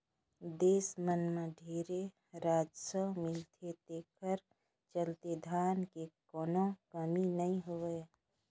देस मन मं ढेरे राजस्व मिलथे तेखरे चलते धन के कोनो कमी नइ होय